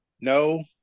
No